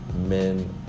men